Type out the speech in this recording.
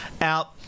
out